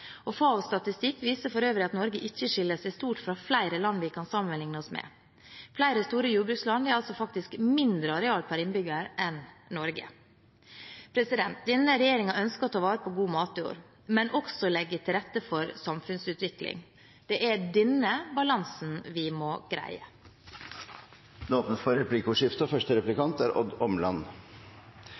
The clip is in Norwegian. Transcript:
og FAOs statistikk viser for øvrig at Norge ikke skiller seg stort fra flere land vi kan sammenligne oss med. Flere store jordbruksland har altså faktisk mindre areal per innbygger enn Norge. Denne regjeringen ønsker å ta vare på god matjord, men også å legge til rette for samfunnsutvikling. Det er denne balansen vi må greie. Det blir replikkordskifte.